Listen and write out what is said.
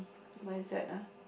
what is that ah